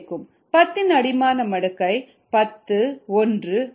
10 ன் அடிமான மடக்கை 10 1 ஆகும்